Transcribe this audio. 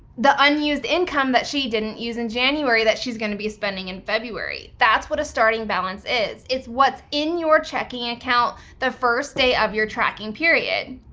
the unused income that she didn't use in january that she's gonna be spending in february. that's what a starting balance is. it's what's in your checking account the first day of your tracking period.